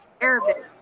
Arabic